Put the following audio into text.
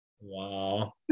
wow